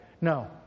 No